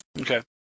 Okay